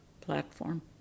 platform